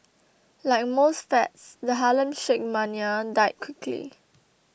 like most fads the Harlem Shake mania died quickly